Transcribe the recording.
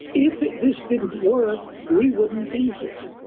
if this didn't work, we wouldn't be here.